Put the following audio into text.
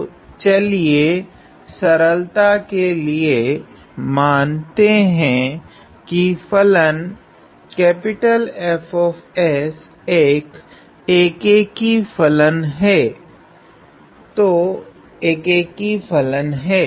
तो चलिए सरलता के लिए मानते है कि फलन F एक एकैकी फलन है तो एकैकी फलन है